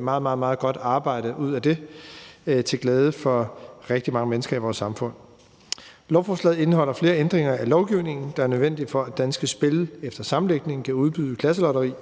meget, meget godt arbejde ud af det til glæde for rigtig mange mennesker i vores samfund. Lovforslaget indeholder flere ændringer af lovgivningen, der er nødvendige, for at Danske Spil efter sammenlægningen kan udbyde klasselotteri,